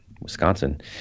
Wisconsin